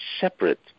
separate